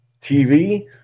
TV